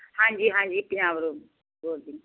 ਹਾਂਜੀ ਹਾਂਜੀ ਪੰਜਾਬ ਬ ਬੋਰਡ ਦੀਆਂ